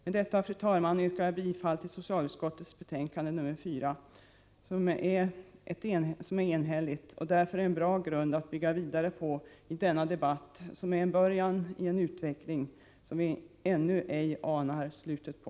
Med detta, fru talman, yrkar jag bifall till socialutskottets hemställan i dess betänkande nr 4, som är enhälligt och därför en bra grund att bygga vidare på i denna debatt, som är början i en utveckling som vi ännu ej anar slutet på.